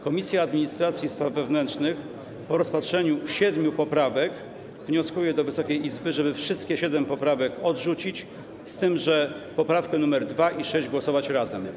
Komisja Administracji i Spraw Wewnętrznych po rozpatrzeniu 7 poprawek wnioskuje, Wysoka Izbo, żeby wszystkie 7 poprawek odrzucić, z tym że nad poprawkami 2. i 6. głosować łącznie.